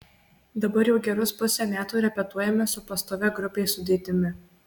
dabar jau gerus pusę metų repetuojame su pastovia grupės sudėtimi